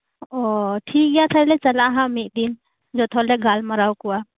ᱚ ᱴᱷᱤᱠᱜᱮᱭᱟ ᱛᱟᱦᱚᱞᱮ ᱪᱟᱞᱟᱜ ᱟᱞᱮ ᱱᱟᱦᱟᱜ ᱢᱤᱫ ᱫᱤᱱ ᱡᱚᱛᱚ ᱦᱚᱲᱞᱮ ᱜᱟᱞᱢᱟᱨᱟᱣ ᱟᱠᱩᱣᱟ